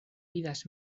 vidas